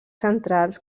centrals